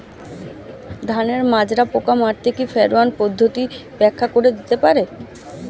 ধানের মাজরা পোকা মারতে কি ফেরোয়ান পদ্ধতি ব্যাখ্যা করে দিতে পারে?